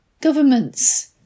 Governments